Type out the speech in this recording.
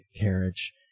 carriage